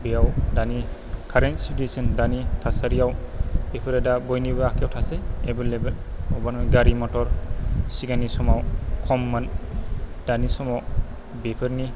बेयाव दानि current situation दानि थासारियाव बेफोरो दा बयनिबो आखायाव थासै एबेलेबेल बेफोरनो गारि मटर सिगांनि समाव खममोन दानि समाव बेफोरनि